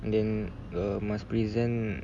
then err must present